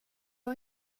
har